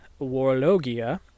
warlogia